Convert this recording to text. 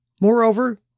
Moreover